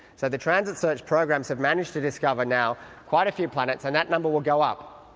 so the transit search programs have managed to discover now quite a few planets and that number will go up.